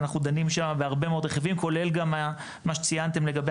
ואנחנו דנים שם בהרבה מאוד רכיבים כולל גם מה שציינתם לגבי